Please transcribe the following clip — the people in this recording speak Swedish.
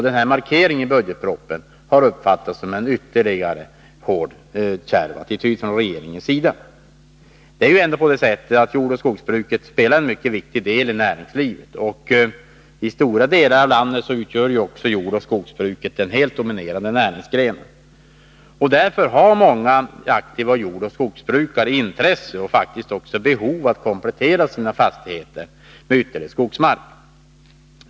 Denna markering i budgetpropositionen har uppfattats som ytterligare en kärv attityd från regeringens sida. Jordoch skogsbruket spelar ändå en mycket viktig roll i näringslivet. I stora delar av landet utgör också jordoch skogsbruket den helt dominerande näringsgrenen. Därför har många aktiva jordoch skogsbrukare intresse och även behov av att komplettera sina fastigheter med ytterligare skogsmark.